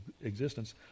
existence